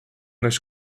nas